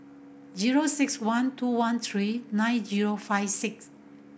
zero six one two one three nine zero five six